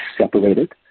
separated